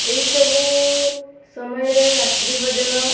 ଏହି ସବୁ ସମୟରେ ରାତ୍ରି ଭୋଜନ